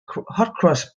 cross